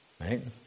right